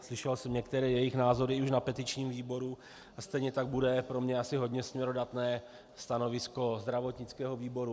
Slyšel jsem některé jejich názory už na petičním výboru a stejně tak bude pro mě asi hodně směrodatné stanovisko zdravotnického výboru.